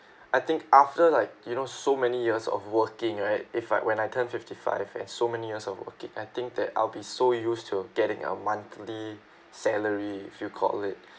I think after like you know so many years of working right if I when I turn fifty-five and so many years of working I think that I'll be so used to getting a monthly salary if you call it